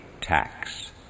tax